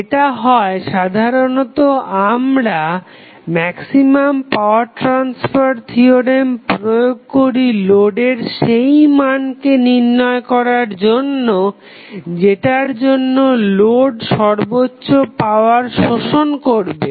যেটা হয় সাধারণত আমরা ম্যাক্সিমাম পাওয়ার ট্রাসফার থিওরেম প্রয়োগ করি লোডের সেই মানকে নির্ণয় করার জন্য যেটার জন্য লোড সর্বোচ্চ পাওয়ার শোষণ করবে